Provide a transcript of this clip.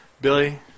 Billy